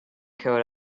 coat